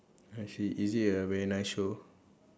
I see is it a very nice show